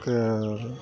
ಕ